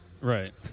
Right